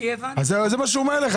הוא אומר לך